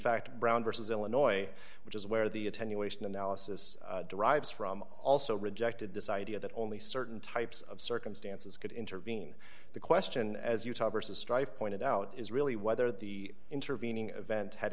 fact brown versus illinois which is where the attenuation analysis derives from also rejected this idea that only certain types of circumstances could intervene the question as utah versus dr pointed out is really whether the intervening event had